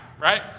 right